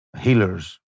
healers